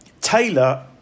Taylor